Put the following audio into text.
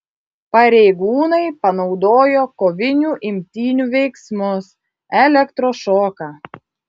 pareigūnai panaudojo kovinių imtynių veiksmus elektrošoką